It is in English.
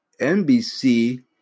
NBC